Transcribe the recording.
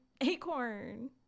acorn